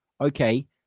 okay